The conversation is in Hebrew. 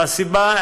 והסיבה,